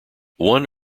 one